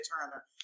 Turner